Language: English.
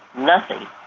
nothing.